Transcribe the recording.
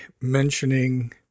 mentioning